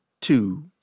two